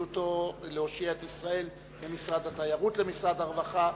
שהביאו אותו להושיע את ישראל ממשרד התיירות למשרד הרווחה,